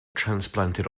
transplanted